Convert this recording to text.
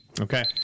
Okay